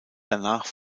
danach